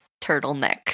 turtleneck